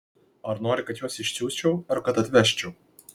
ar nori kad juos išsiųsčiau ar kad atvežčiau